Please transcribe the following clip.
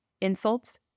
insults